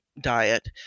diet